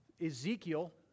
Ezekiel